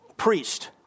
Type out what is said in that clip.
priest